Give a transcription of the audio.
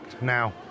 now